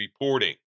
reporting